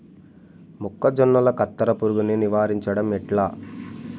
మొక్కజొన్నల కత్తెర పురుగుని నివారించడం ఎట్లా?